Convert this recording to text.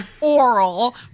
oral